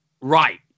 Right